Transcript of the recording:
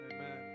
amen